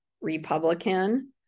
Republican